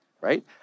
right